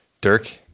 Dirk